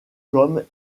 comme